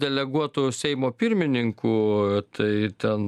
deleguotų seimo pirmininkų tai ten